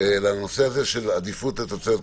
לנושא הזה של עדיפות לתוצרת כחול-לבן.